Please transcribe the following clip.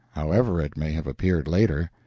however it may have appeared later.